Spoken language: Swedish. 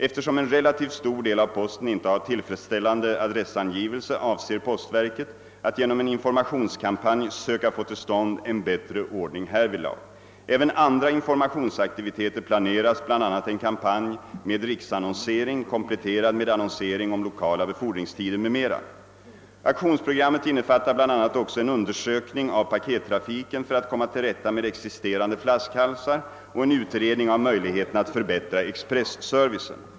Eftersom en relativt stor del av posten inte har tillfredsställande <adressangivelse avser postverket att genom en informationskampanj söka få till stånd en bättre ordning härvidlag. även andra informationsaktiviteter planeras, bl.a. en kampanj med riksannonsering, kompletterad med annonsering om lokala befordringstider m.m. Aktionsprogrammet innefattar bl.a. också en undersökning av pakettrafiken för att komma till rätta med existerande flaskhalsar och en utredning av möjligheterna att förbättra expresservicen.